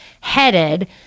headed